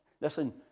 Listen